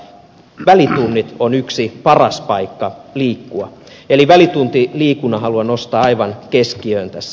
välitunnit ovat yksi paras paikka liikkua eli välituntiliikunnan haluan nostaa aivan keskiöön tässä